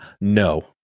No